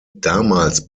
damals